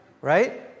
right